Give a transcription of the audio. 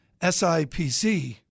SIPC